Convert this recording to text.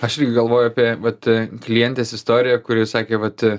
aš irgi galvoju apie vat klientės istoriją kuri sakė vat